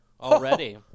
already